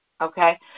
Okay